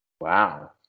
Wow